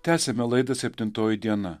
tęsiame laida septintoji diena